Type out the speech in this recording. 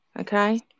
Okay